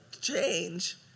change